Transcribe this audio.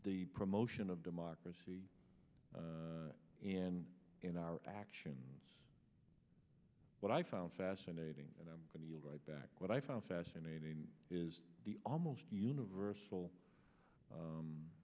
the promotion of democracy and in our actions what i found fascinating and i'm going to yield right back what i found fascinating is the almost universal